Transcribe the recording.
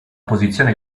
posizione